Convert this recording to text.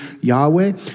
Yahweh